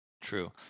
True